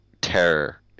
terror